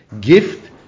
gift